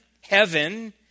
heaven